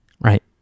Right